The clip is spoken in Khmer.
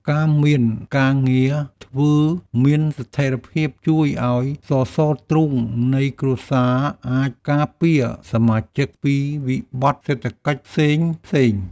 ការមានការងារធ្វើមានស្ថិរភាពជួយឱ្យសសរទ្រូងនៃគ្រួសារអាចការពារសមាជិកពីវិបត្តិសេដ្ឋកិច្ចផ្សេងៗ។